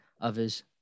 others